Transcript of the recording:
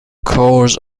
course